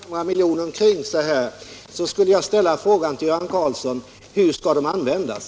Herr talman! Eftersom Göran Karlsson sprider 100 milj.kr. omkring sig här skulle jag vilja ställa frågan: Hur skall de användas?